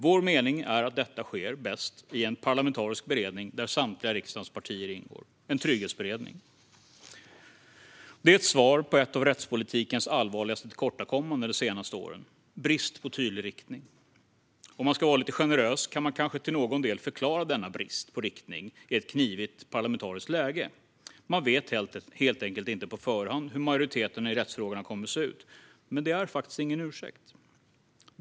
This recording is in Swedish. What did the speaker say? Vår mening är att detta bäst sker i en parlamentarisk beredning där samtliga av riksdagens partier ingår, en trygghetsberedning. Det är ett svar på ett av rättspolitikens allvarligaste tillkortakommanden de senaste åren: brist på tydlig riktning. Om man ska vara lite generös kan man kanske till någon del förklara denna brist på riktning med ett knivigt parlamentariskt läge. Man vet helt enkelt inte på förhand hur majoriteten i rättsfrågorna kommer att se ut. Men det är faktiskt ingen ursäkt.